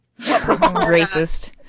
Racist